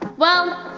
well,